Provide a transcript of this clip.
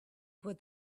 was